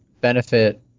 benefit